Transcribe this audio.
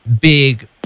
big